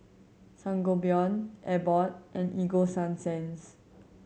Sangobion Abbott and Ego Sunsense